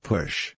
Push